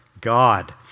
God